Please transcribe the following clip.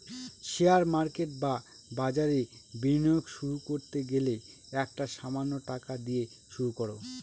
share market বা বাজারে বিনিয়োগ শুরু করতে গেলে একটা সামান্য টাকা দিয়ে শুরু করো